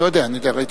את